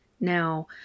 Now